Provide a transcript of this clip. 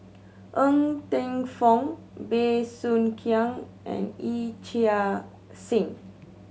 Ng Teng Fong Bey Soo Khiang and Yee Chia Hsing